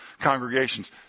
congregations